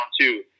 two